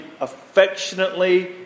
affectionately